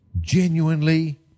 genuinely